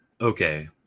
Okay